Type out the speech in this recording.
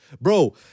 Bro